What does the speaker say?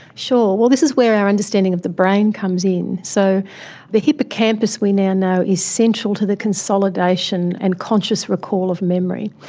sure well, this is where our understanding of the brain comes in. so the hippocampus we now know is central to the consolidation and conscious recall of memory,